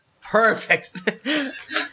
Perfect